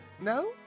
No